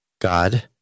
God